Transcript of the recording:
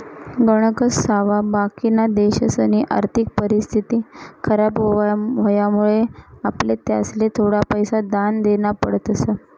गणकच सावा बाकिना देशसनी आर्थिक परिस्थिती खराब व्हवामुळे आपले त्यासले थोडा पैसा दान देना पडतस